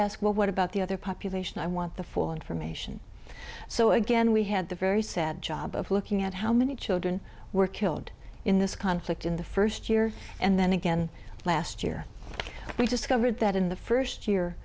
ask what about the other population i want the full information so again we had the very sad job of looking at how many children were killed in this conflict in the first year and then again last year we discovered that in the first year